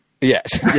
Yes